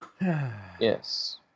Yes